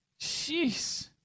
jeez